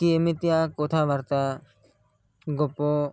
କି ଏମିତିଆ କଥାବାର୍ତ୍ତା ଗପ